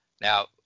Now